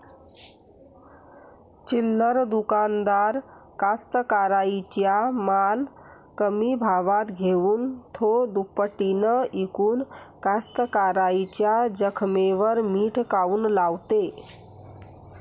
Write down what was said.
चिल्लर दुकानदार कास्तकाराइच्या माल कमी भावात घेऊन थो दुपटीनं इकून कास्तकाराइच्या जखमेवर मीठ काऊन लावते?